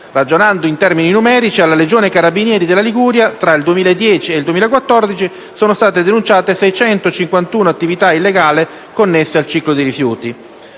Ragionando in termini numerici, alla Legione Carabinieri della Liguria tra il 2010 e il 2014 sono state denunciate 651 attività illegali connesse al ciclo dei rifiuti.